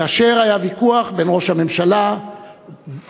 כאשר היה ויכוח בין ראש הממשלה דאז,